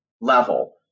level